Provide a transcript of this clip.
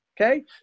Okay